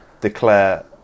declare